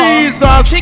Jesus